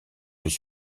plus